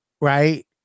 right